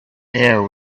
air